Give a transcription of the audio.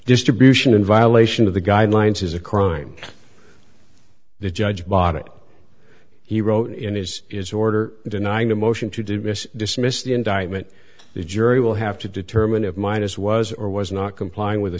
distribution in violation of the guidelines is a crime the judge bought it he wrote in his is order denying a motion to dismiss dismiss the indictment the jury will have to determine if minus was or was not complying with the